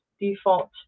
default